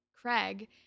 Craig